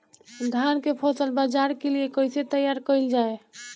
धान के फसल बाजार के लिए कईसे तैयार कइल जाए?